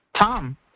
Tom